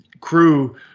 crew